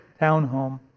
townhome